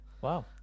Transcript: Wow